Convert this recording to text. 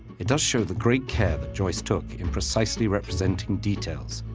it does show the great care that joyce took in precisely representing details,